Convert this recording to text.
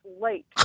late